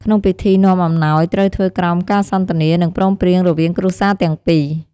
ក្នុងពិធីនាំអំណោយត្រូវធ្វើក្រោមការសន្ទនា និងព្រមព្រៀងរវាងគ្រួសារទាំងពីរ។